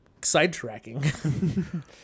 Sidetracking